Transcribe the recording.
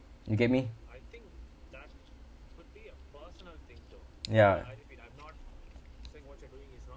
you get me ya